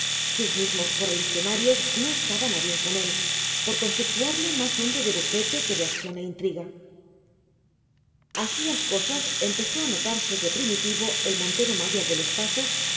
sus mismos correligionarios no estaban a bien con él por conceptuarle más hombre de bufete que de acción e intriga así las cosas empezó a notarse que primitivo el montero mayor de los pazos